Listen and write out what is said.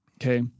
Okay